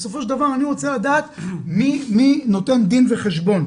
בסופו של דבר אני רוצה לדעת מי נותן דין וחשבון,